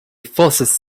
forces